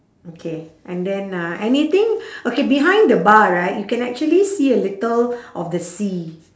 okay and then uh anything okay behind the bar right you can actually see a little of the sea